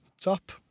top